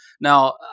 Now